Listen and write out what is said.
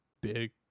big